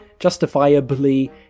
justifiably